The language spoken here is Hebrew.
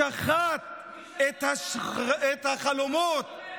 איזה כיבוש?